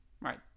Right